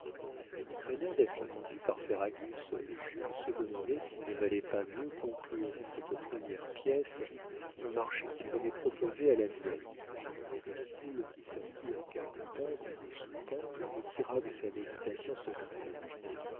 craignant d'être entendu par ferragus jules se demandait s'il ne valait pas mieux conclure dans cette première pièce le marché qu'il venait proposer à la vieille une poule qui sortit en caquetant d'une soupente le tira de sa méditation secrète